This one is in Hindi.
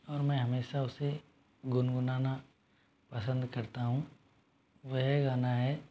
और मैं हमेशा उसे गुन गुनाना पसंद करता हूँ वह गाना है